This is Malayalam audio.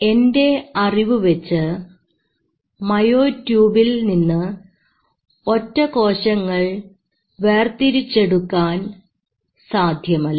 എൻറെ അറിവ് വെച്ച് മയോ ട്യൂബ്സ് ൽ നിന്ന് ഒറ്റ കോശങ്ങൾ വേർതിരിച്ചെടുക്കാൻ സാധ്യമല്ല